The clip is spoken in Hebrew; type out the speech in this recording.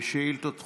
שאילתות דחופות,